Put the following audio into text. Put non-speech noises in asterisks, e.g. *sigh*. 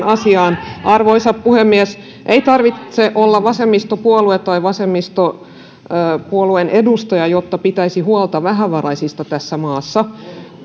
*unintelligible* asiaan arvoisa puhemies ei tarvitse olla vasemmistopuolue tai vasemmistopuolueen edustaja jotta pitäisi huolta vähävaraisista tässä maassa